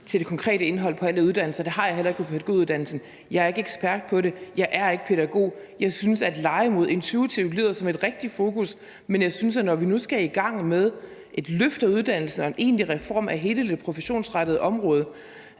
til det konkrete indhold på alle uddannelser. Det har jeg heller ikke på pædagoguddannelsen. Jeg er ikke ekspert i det. Jeg er ikke pædagog. Jeg synes, at legemod intuitivt lyder som et rigtigt fokus, når vi nu skal i gang med et løft af uddannelsen og en egentlig reform af hele det professionsrettede område,